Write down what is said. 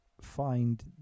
find